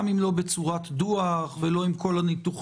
גם אם לא בצורת דוח ולא עם כל הניתוחים.